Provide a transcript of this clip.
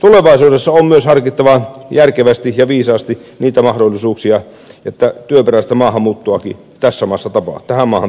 tulevaisuudessa on myös harkittava järkevästi ja viisaasti niitä mahdollisuuksia että työperäistä maahanmuuttoakin tähän maahan tapahtuu